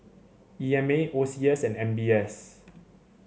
E M A O C S and M B S